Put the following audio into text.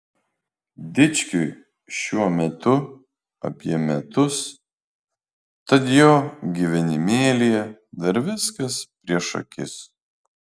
dičkiui šiuo metu apie metus tad jo gyvenimėlyje dar viskas prieš akis